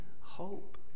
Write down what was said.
hope